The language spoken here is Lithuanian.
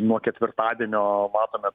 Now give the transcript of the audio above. nuo ketvirtadienio matome